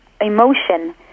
emotion